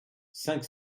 cinq